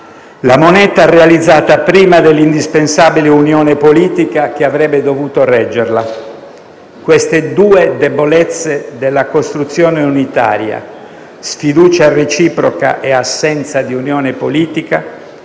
la moneta realizzata prima dell'indispensabile unione politica che avrebbe dovuto reggerla. Queste due debolezze della costruzione unitaria (sfiducia reciproca e assenza di unione politica),